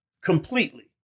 Completely